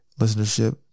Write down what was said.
Listenership